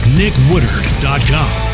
nickwoodard.com